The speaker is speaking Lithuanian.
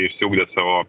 išsiugdė savo